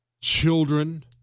children